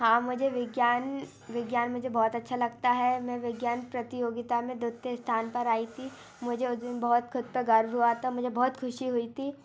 हाँ मुझे विज्ञान विज्ञान मुझे बहुत अच्छा लगता है मैं विज्ञान प्रतियोगिता में द्वितीय स्थान पर आई थी मुझे उस दिन बहुत ख़ुद पर गर्व हुआ था मुझे बहुत खुशी हुई थी